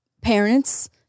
parents